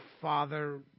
Father